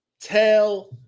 tell